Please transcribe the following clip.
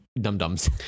dum-dums